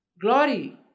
Glory